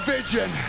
Vision